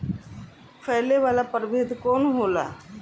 फैले वाला प्रभेद कौन होला?